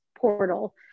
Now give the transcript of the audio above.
portal